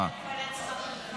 בשל הגבלת שכר טרחה.